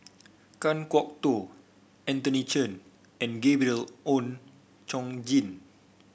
Kan Kwok Toh Anthony Chen and Gabriel Oon Chong Jin